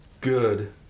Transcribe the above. good